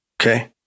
Okay